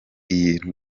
iyi